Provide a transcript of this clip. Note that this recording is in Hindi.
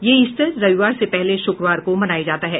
यह ईस्टर रविवार से पहले शुक्रवार को मनाया जाता है